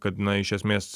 kad na iš esmės